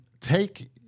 take